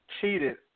cheated